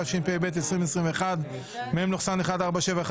התשפ"ב-2021 (מ/1471),